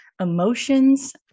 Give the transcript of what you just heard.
emotions